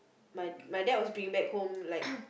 my my dad was bringing back home like